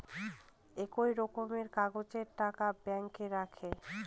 একই রকমের কাগজের টাকা ব্যাঙ্কে রাখে